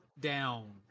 down